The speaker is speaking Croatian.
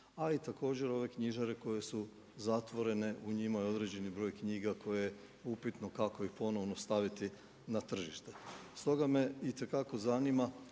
ali također ove knjižare koje su zatvorene u njima je određeni broj knjiga koje je upitno kako ih ponovno staviti na tržište. Stoga me itekako zanima,